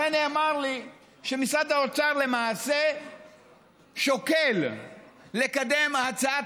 הרי נאמר לי שמשרד האוצר למעשה שוקל לקדם הצעת